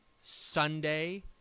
Sunday